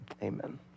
Amen